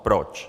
Proč?